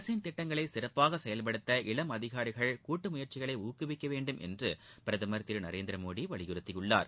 அரசின் திட்டங்களை சிறப்பாக செயல்படுத்த இளம் அதிகாரிகள் கூட்டு முயற்சிகளை ஊக்குவிக்க வேண்டும் என்று பிரதமர் திரு நரேந்திரமோடி வலியுறுத்தியுள்ளார்